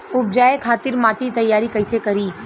उपजाये खातिर माटी तैयारी कइसे करी?